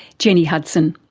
jennie hudson.